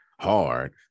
hard